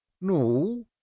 No